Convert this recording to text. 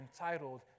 entitled